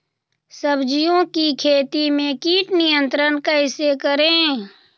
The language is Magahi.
सब्जियों की खेती में कीट नियंत्रण कैसे करें?